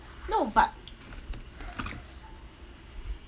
no but